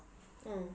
mm